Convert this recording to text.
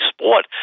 sport